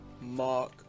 Mark